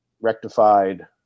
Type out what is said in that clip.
rectified –